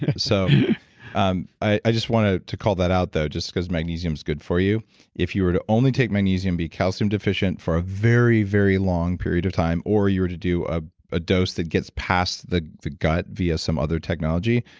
yeah so um i i just wanted to call that out there just because magnesium is good for you if you were to only take magnesium and be calcium deficient for a very, very long period of time or you're to do ah a dose that gets past the the gut via some other technology,